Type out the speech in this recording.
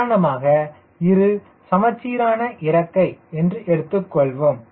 உதாரணமாக இரு சமச்சீரான இறக்கை என்று எடுத்துக்கொள்வோம்